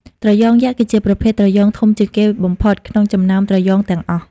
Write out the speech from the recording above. ត្រយងយក្សគឺជាប្រភេទត្រយងធំជាងគេបំផុត ក្នុងចំណោមត្រយងទាំងអស់។